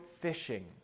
fishing